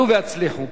עלו והצליחו.